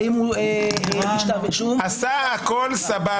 האם הוא הגיש כתב אישום --- הוא עשה הכל סבבה.